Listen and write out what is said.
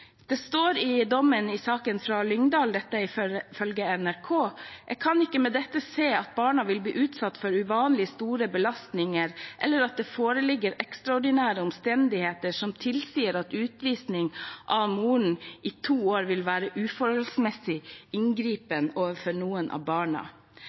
Det står i dommen i saken fra Lyngdal – dette ifølge NRK: «Jeg kan etter dette ikke se at barna vil bli utsatt for uvanlig store belastninger, eller at det foreligger ekstraordinære omstendigheter som tilsier at utvisning av A i to år vil være et uforholdsmessig